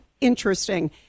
interesting